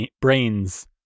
brains